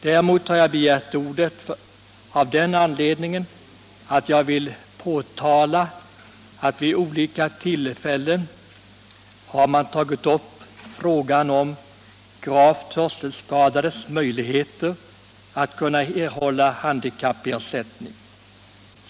Däremot har jag begärt ordet för att påtala att man vid olika tillfällen har tagit upp frågan om gravt hörselskadades möjligheter att erhålla handikappersättning.